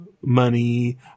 money